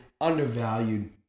undervalued